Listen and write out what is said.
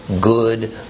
good